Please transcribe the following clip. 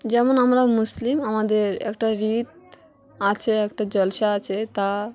যেমন আমরা মুসলিম আমাদের একটা ভীতি আছে একটা জলসা আছে তা